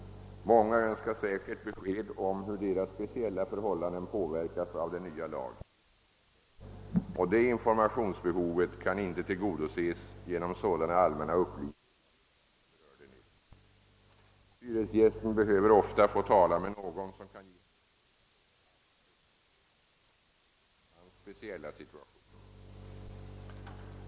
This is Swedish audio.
Många önskar säkert besked om hur deras speciella förhållanden påverkas av den nya lagen. Detta informationsbehov kan inte tillgodoses genom sådana allmänna upplysningar som jag berörde nyss. Hyresgiästen behöver ofta få tala med någon som kan ge honom råd och upplysningar som är avpassade för hans speciella situation.